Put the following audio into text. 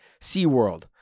SeaWorld